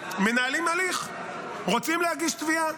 מנהלים הליך, רוצים להגיש תביעה,